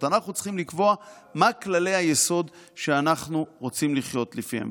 אנחנו צריכים לקבוע מה כללי היסוד שאנחנו רוצים לחיות לפיהם.